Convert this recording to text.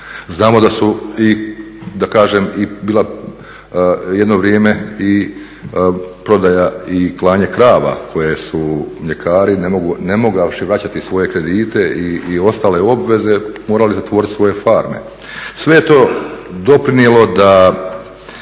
Znamo da su i da kažem bila jedno vrijeme i prodaja i klanje krava koje su mljekari ne mogavši vraćati svoje kredite i ostale obveze morali zatvoriti svoje farme. Sve je to doprinijelo tome